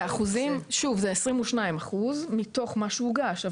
באחוזים זה כ-22% מתוך מה שהוגש,